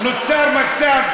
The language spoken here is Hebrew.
נוצר מצב,